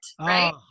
Right